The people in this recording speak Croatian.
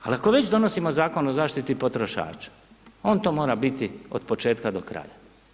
Ali ako već donosimo Zakon o zaštiti potrošača, on to mora biti od početka do kraja.